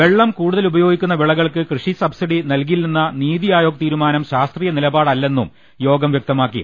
വെള്ളം കൂടുതൽ ഉപയോഗിക്കുന്ന വിളകൾക്ക് കൃഷി സബ്സിഡി നൽകില്ലെന്ന നിതി ആയോഗ് തീരുമാനം ശാസ്ത്രീയ നിലപാടല്ലെന്നും യോഗം വ്യക്തമാക്കി